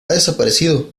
desaparecido